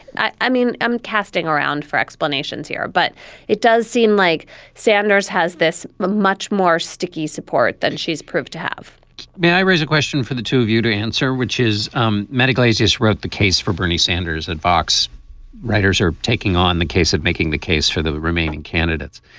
i mean, i'm casting around for explanations here, but it does seem like sanders has this much more sticky support than she's proved to have may i raise a question for the two of you to answer, which is um medicalise just wrote the case for bernie sanders and fox writers are taking on the case of making the case for the remaining candidates.